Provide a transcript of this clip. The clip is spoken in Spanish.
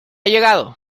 llegado